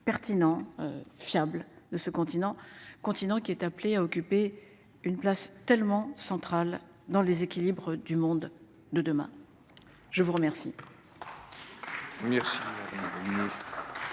Pertinent. Fiable de ce continent, continent qui est appelé à occuper une place tellement centrale dans les équilibres du monde de demain. Je vous remercie.